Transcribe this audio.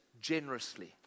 generously